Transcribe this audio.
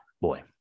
boy